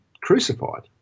crucified